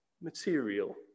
material